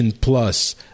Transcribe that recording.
Plus